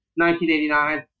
1989